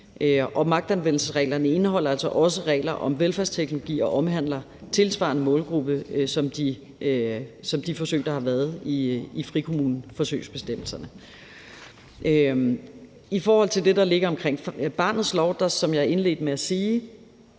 Og magtanvendelsesreglerne indeholder altså også regler om velfærdsteknologi og omhandler tilsvarende målgruppe som de forsøg, der har været i frikommuneforsøgsbestemmelserne. I forhold til det, der ligger omkring barnets lov, vil jeg, som jeg indledte med at sige,